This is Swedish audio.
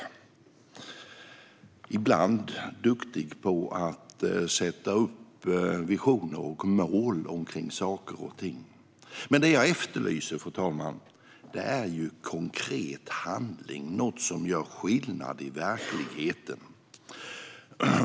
Den är ibland duktig på att sätta upp visioner och mål för saker och ting. Men det jag efterlyser, fru talman, är konkret handling och något som gör skillnad i verkligheten.